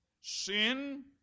Sin